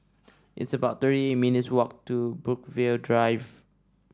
it's about thirty minutes' walk to Brookvale Drive